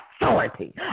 authority